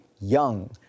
young